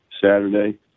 Saturday